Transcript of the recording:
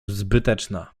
zbyteczna